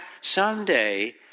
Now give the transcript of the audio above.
someday